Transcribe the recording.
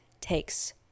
takes